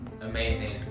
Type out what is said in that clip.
Amazing